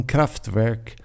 Kraftwerk